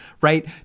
right